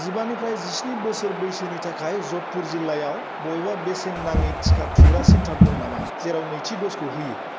जिबानिफ्राय जिस्नि बोसोर बैसोनि थाखाय जधपुर जिल्लायाव बबेबा बेसेन नाङि टिका थुग्रा सेन्टार दं नामा जेराव नैथि दजखौ होयो